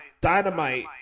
dynamite